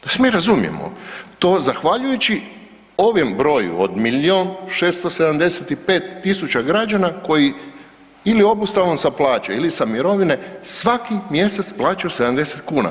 Da se mi razumijemo, to zahvaljujući ovom broju od milijun i 675000 građana koji ili obustavom sa plaće ili sa mirovine svaki mjesec plaćaju 70 kuna.